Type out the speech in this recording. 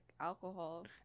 alcohol